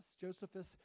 Josephus